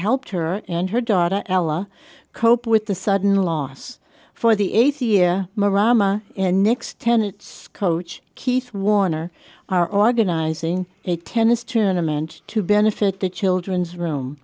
helped her and her daughter ella cope with the sudden loss for the eighty year marama and next tenets coach keith warner are organizing a tennis tournament to benefit the children's room